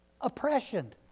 Oppression